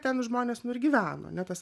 ten žmonės nu ir gyveno ane tas